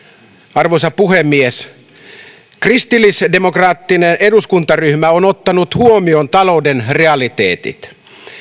arvoisa puhemies kristillisdemokraattinen eduskuntaryhmä on ottanut huomioon talouden realiteetit